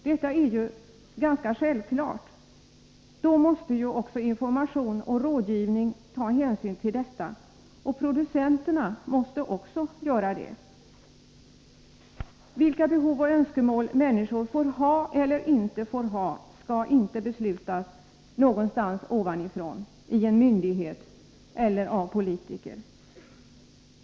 Detta är ganska självklart, och information och rådgivning måste därför ta hänsyn till det. Också producenterna måste göra det. Vilka behov och önskemål människor får ha eller inte får ha skall inte beslutas någonstans ovanifrån i en myndighet eller av politiker.